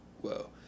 whoa